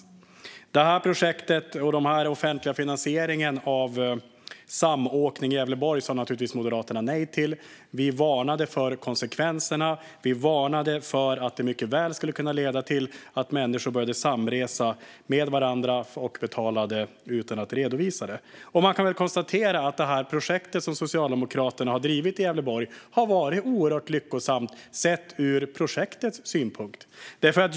Projektet Samåkning i Gävleborg och den offentliga finansieringen av det sa Moderaterna naturligtvis nej till. Vi varnade för konsekvenserna. Vi sa att det mycket väl skulle kunna leda till att människor började samresa med varandra och betala utan att redovisa det. Man kan väl konstatera att det projekt som Socialdemokraterna har drivit i Gävleborg har varit oerhört lyckosamt sett ur projektets synvinkel.